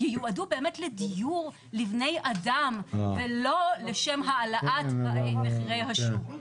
ייועדו באמת לדיור לבני אדם ולא לשם העלאת מחירי השוק.